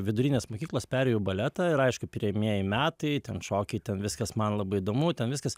vidurinės mokyklos perėjau į baletą ir aišku pirmieji metai ten šokiai ten viskas man labai įdomu ten viskas